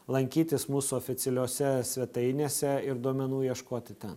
lankytis mūsų oficialiose svetainėse ir duomenų ieškoti ten